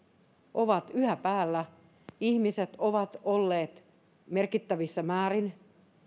ovat yhä päällä ihmiset ovat olleet merkittävissä määrin